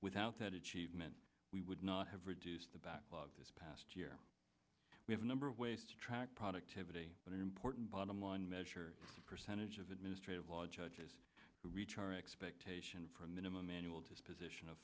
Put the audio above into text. without that achievement we would not have reduced the backlog this past year we have a number of ways to track productivity but an important bottom line measure percentage of administrative law judges reach our expectation for a minimum annual disposition of